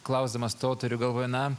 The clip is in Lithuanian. klausdamas to turiu galvoje na